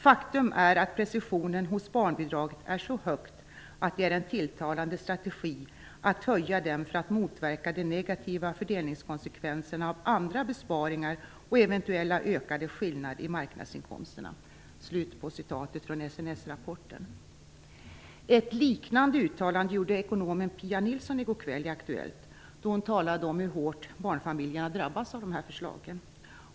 Faktum är att precisionen hos barnbidragen är så hög att det är en tilltalande strategi att höja dem för att motverka de negativa fördelningskonsekvenserna av andra besparingar och eventuella ökade skillnader i marknadsinkomsterna." Ett liknande uttalande gjorde ekonomen Pia Nilsson i går kväll i Aktuellt, då hon talade om hur hårt barnfamiljerna drabbas av förslagen.